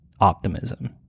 optimism